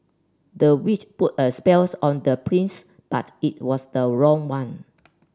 the witch put a spells on the prince but it was the wrong one